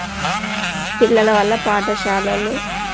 పిల్లల వల్ల పాఠశాలలు